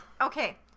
Okay